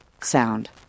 sound